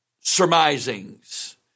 surmisings